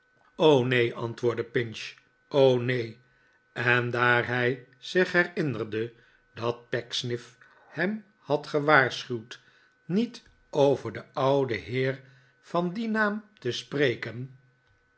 neen antwoordde pinch m o neen en daar hij zich herinnerde dat pecksniff hem had gewaarschuwd niet over den ouden heer van dien naam te spreken